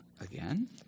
Again